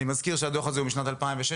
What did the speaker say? אני מזכיר שהדוח הזה הוא משנת 2016,